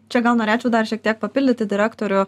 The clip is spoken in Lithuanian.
čia gal norėčiau dar šiek tiek papildyti direktorių